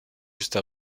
juste